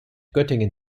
göttingen